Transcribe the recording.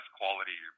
quality